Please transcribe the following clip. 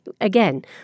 again